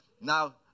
now